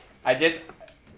I just